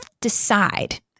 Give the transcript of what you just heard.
Decide